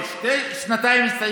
גם המושב שאחריו יסתיים,